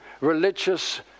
religious